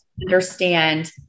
understand